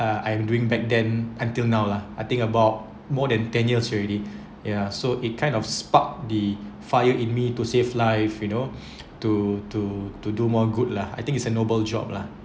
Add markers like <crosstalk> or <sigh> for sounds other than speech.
I am doing back then until now lah I think about more than ten years already ya so it kind of sparked the fire in me to save life <breath> you know to to to do more good lah I think it's a noble job lah